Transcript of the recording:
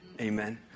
Amen